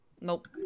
Nope